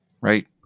right